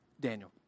Daniel